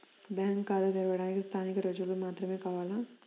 Bank ఖాతా తెరవడానికి స్థానిక రుజువులు మాత్రమే కావాలా?